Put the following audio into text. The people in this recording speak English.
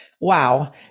wow